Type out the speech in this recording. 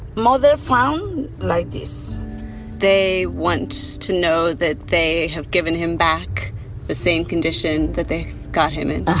mother found like this they want to know that they have given him back the same condition that they got him in uh-huh